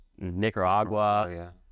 Nicaragua